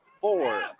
four